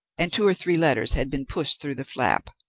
and two or three letters had been pushed through the flap.